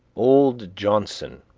old johnson,